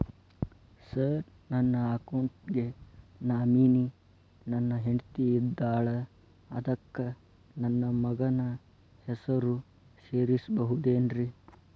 Sir ನನ್ನ account ಗೆ nominee ನನ್ನ ಹೆಂಡ್ತಿ ಇದ್ದಾಳ ಅದಕ್ಕ ನನ್ನ ಮಗನ ಹೆಸರು ಸೇರಸಬಹುದೇನ್ರಿ?